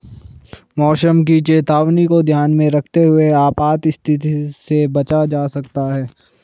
मौसम की चेतावनी को ध्यान में रखते हुए आपात स्थिति से बचा जा सकता है